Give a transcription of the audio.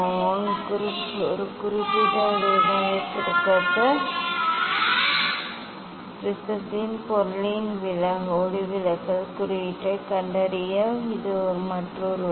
for ஒரு குறிப்பிட்ட அலைநீளத்திற்கான ப்ரிஸத்தின் பொருளின் ஒளிவிலகல் குறியீட்டைக் கண்டறிய இது மற்றொரு வழி